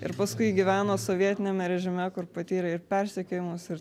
ir paskui gyveno sovietiniame režime kur patyrė ir persekiojimus ir